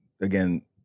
again